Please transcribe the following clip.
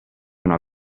una